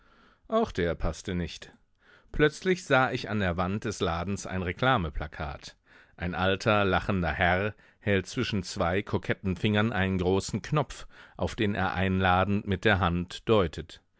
auch der paßte nicht plötzlich sah ich an der wand des ladens ein reklameplakat ein alter lachender herr hält zwischen zwei koketten fingern einen großen knopf auf den er einladend mit der hand deutet